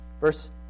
Verse